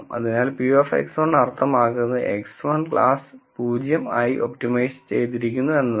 അതിനാൽ p of X1 അർത്ഥമാക്കുന്നത് X1 class 0 ആയി ഒപ്റ്റിമൈസ് ചെയ്തിരിക്കുന്നു എന്നാണ്